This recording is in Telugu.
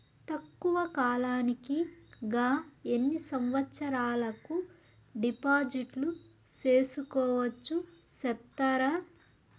తక్కువ కాలానికి గా ఎన్ని సంవత్సరాల కు డిపాజిట్లు సేసుకోవచ్చు సెప్తారా